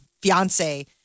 fiance